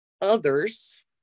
others